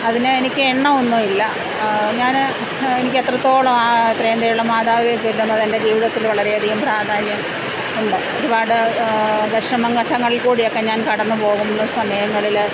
അതിന് എനിക്ക് എണ്ണമൊന്നുവില്ല ഞാൻ എനിക്ക് എത്രത്തോളം ആ എത്രയും ദയയുള്ള മാതാവേ ചൊല്ലുന്നത് എൻ്റെ ജീവിതത്തില് വളരെയധികം പ്രാധാന്യം ഉണ്ട് ഒരുപാട് വിഷമം ഘട്ടങ്ങളിൽ കൂടിയൊക്കെ ഞാൻ കടന്നു പോകുന്ന സമയങ്ങളിൽ